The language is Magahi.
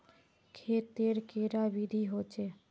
खेत तेर कैडा विधि होचे?